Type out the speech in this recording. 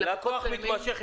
לקוח מתמשך,